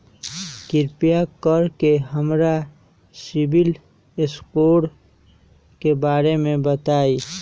कृपा कर के हमरा सिबिल स्कोर के बारे में बताई?